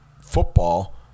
football